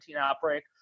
outbreak